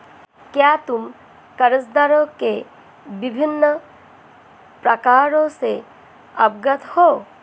क्या तुम कर्जदारों के विभिन्न प्रकारों से अवगत हो?